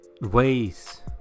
ways